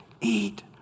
Eat